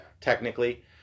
technically